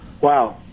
Wow